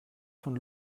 von